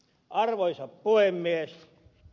arvoisa puhemies